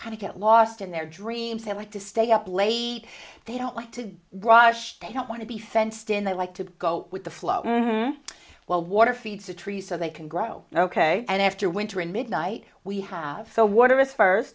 kind of get lost in their dreams they like to stay up late they don't like to brush they don't want to be fenced in they like to go with the flow while water feeds a tree so they can grow ok and after winter and midnight we have the water is first